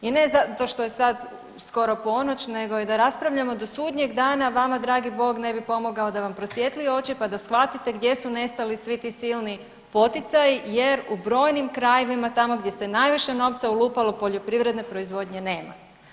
I ne zato što je sad skoro ponoć nego i da raspravljamo i do sudnjeg dana vama dragi Bog ne bi pomogao da vam prosvijetli oči pa da shvatite gdje su nestali svi ti silni poticaji, jer u brojnim krajevima, tamo gdje se najviše novca ulupalo, poljoprivredne proizvodnje nema.